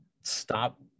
stop